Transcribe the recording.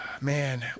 Man